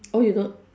oh you don't